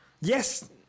yes